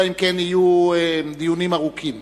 אלא אם כן יהיו דיונים ארוכים.